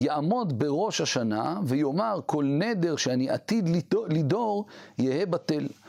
יעמוד בראש השנה ויאמר כל נדר שאני עתיד לדור יהה בטל.